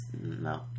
No